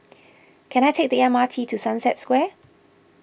can I take the M R T to Sunset Square